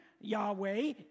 Yahweh